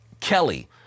Kelly